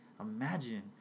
Imagine